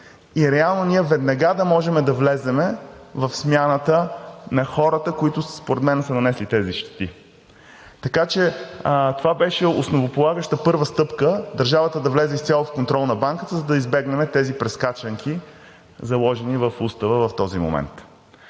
и реално ние веднага да можем да влезем в смяната на хората, които според мен са нанесли тези щети. Така че това беше основополагаща първа стъпка държавата да влезе изцяло в контрол на Банката, за да избегнем тези прескачанки, заложени в Устава в този момент.